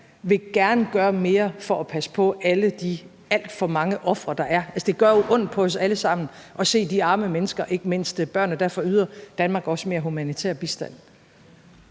vil gerne gøre mere for at passe på alle de alt for mange ofre, der er. Det gør ondt på os alle sammen at se de arme mennesker, ikke mindst børnene, og derfor yder Danmark også mere humanitær bistand.